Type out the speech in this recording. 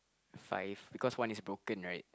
five because one is broken right